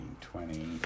twenty